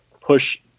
push